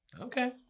Okay